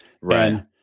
Right